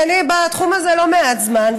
שאני בתחום הזה לא מעט זמן,